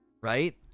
Right